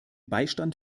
beistand